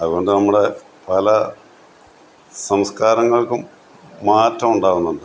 അതുകൊണ്ട് നമ്മുടെ പല സംസ്കാരങ്ങൾക്കും മാറ്റം ഉണ്ടാകുന്നുണ്ട്